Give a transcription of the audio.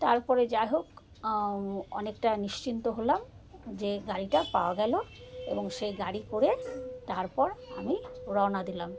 তারপরে যাইহোক অনেকটা নিশ্চিন্ত হলাম যে গাড়িটা পাওয়া গেলো এবং সেই গাড়ি করে তারপর আমি রওনা দিলাম